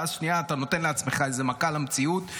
ואז שנייה אתה נותן לעצמך איזה מכה, למציאות,